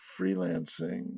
freelancing